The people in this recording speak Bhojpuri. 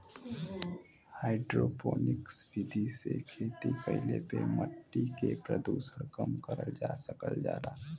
हाइड्रोपोनिक्स विधि से खेती कईले पे मट्टी के प्रदूषण कम करल जा सकल जाला